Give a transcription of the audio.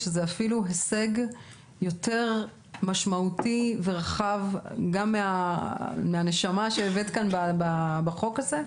שזה אפילו הישג יותר משמעותי ורחב גם מן הנשמה שהבאת בהצעת החוק הזאת.